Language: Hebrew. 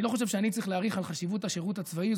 אני לא חושב שאני צריך להאריך על חשיבות השירות הצבאי.